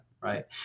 right